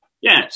yes